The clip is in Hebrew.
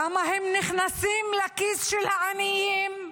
למה הם נכנסים לכיס של העניים?